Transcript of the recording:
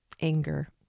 anger